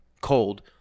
cold